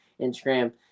Instagram